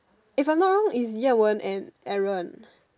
if I'm not wrong it's Yan-Wen and Aaron